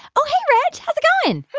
oh, hey, reg. how's it going?